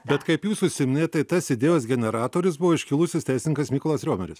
bet kaip jūs užsiminėt tai tas idėjos generatorius buvo iškilusis teisininkas mykolas riomeris